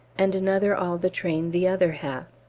and another all the train the other half.